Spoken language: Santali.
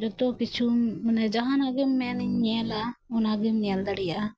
ᱡᱚᱛᱚ ᱠᱤᱪᱷᱩᱢ ᱵᱚᱞᱮ ᱡᱟᱦᱟᱸᱱᱟᱜ ᱜᱮᱢ ᱢᱮᱱ ᱚᱱᱟᱜᱮᱢ ᱧᱮᱞ ᱫᱟᱲᱮᱭᱟᱜᱼᱟ